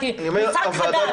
זה מושג חדש.